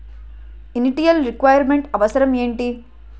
Initial requirement అవసరం ఎంటి?